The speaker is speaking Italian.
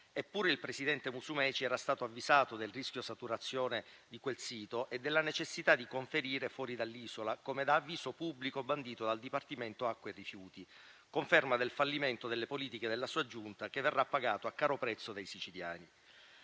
Eppure il presidente Musumeci era stato avvisato del rischio saturazione di quel sito e della necessità di conferire fuori dall'isola, come da avviso pubblico bandito dal Dipartimento acqua e rifiuti, a conferma del fallimento delle politiche della sua Giunta, che verrà pagato a caro prezzo dai siciliani.